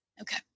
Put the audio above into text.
Okay